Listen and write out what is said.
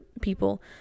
people